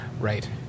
right